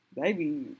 baby